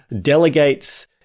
delegates